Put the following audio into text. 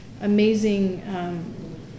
amazing